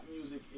music